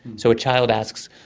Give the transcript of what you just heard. so a child asks,